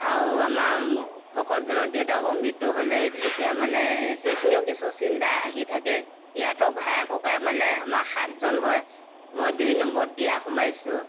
আৰু আমাৰ ভকতজনৰ দেউতাকৰো মৃত্যু হ'লে এতিয়া মানে সেইখিনিও কিছু চিন্তা আহি থাকে ইয়াতো ভাই ককাই মানে আমাৰ সাতজন হয় মই দুই নম্বৰত বিয়া সোমাইছোঁ